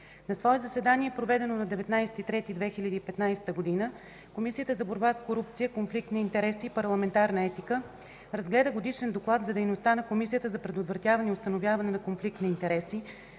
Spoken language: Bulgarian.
На свое заседание, проведено на 19 март 2015 г., Комисията за борба с корупцията, конфликт на интереси и парламентарна етика разгледа Годишния доклад за дейността на Комисията за предотвратяване и установяване на конфликт на интереси